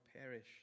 perish